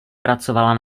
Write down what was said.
pracovala